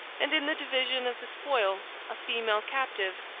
and in the division of the spoil a female captive,